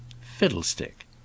Fiddlestick